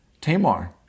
Tamar